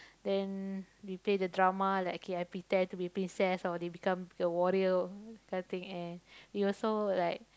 then we play the drama like K I pretend to be princess or they become a warrior that kind of thing and we also like